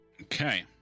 okay